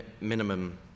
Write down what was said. minimum